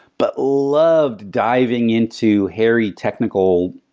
but loved diving into hairy, technical,